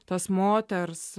tos moters